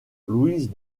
louise